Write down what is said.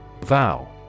Vow